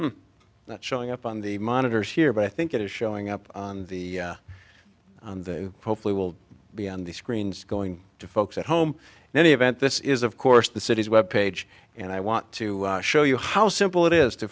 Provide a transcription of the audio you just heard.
that's showing up on the monitors here but i think it is showing up on the on the hopefully will be on the screens going to folks at home in any event this is of course the city's web page and i want to show you how simple it is to